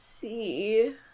see